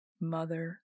Mother